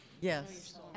Yes